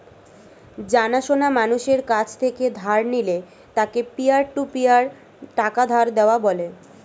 জানা সোনা মানুষের কাছ থেকে ধার নিলে তাকে পিয়ার টু পিয়ার টাকা ধার দেওয়া বলে